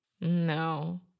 No